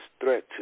threat